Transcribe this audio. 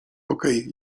okej